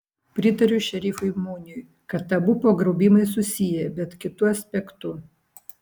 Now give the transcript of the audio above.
pritariu šerifui muniui kad abu pagrobimai susiję bet kitu aspektu